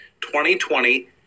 2020